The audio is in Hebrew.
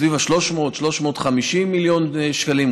סביב ה-350-300 מיליון שקלים,